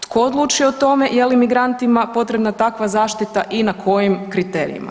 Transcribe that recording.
Tko odlučuje o tome je li migrantima potrebna takva zaštita i na kojim kriterijima?